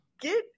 get